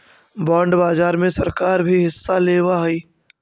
bond बाजार में सरकार भी हिस्सा लेवऽ हई